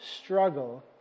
struggle